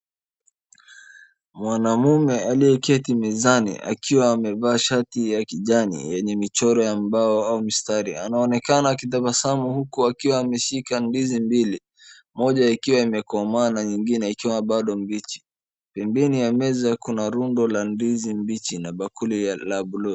Mwanamume aliyeketi mezani akiwa amevaa shati ya kijani yenye michoro ya mbao au mistari. Anaonekana akitabasamu huku akiwa ameshika ndizi mbili. Moja ikiwa imekomaa na nyingine ikiwa bado mbichi. Pembeni ya meza kuna rundo la ndizi mbichi na bakuli la blue .